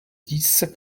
dix